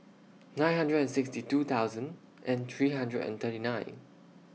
nine hundred and sixty two thousand and three hundred and thirty nine